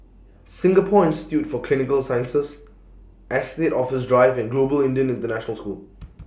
Singapore Institute For Clinical Sciences Estate Office Drive and Global Indian International School